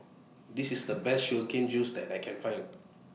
This IS The Best Sugar Cane Juice that I Can Find